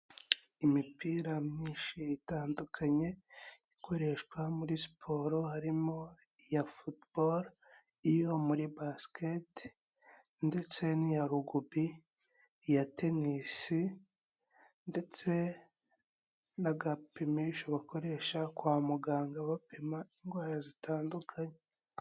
Imipira myinshi itandukanye ikoreshwa muri siporo harimo iya futubolo, iyo muri basikete ndetse n'iya rugubi, iya tenisi ndetse n'agapimisho bakoresha kwa muganga bapima indwara zitandukanye.